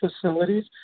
facilities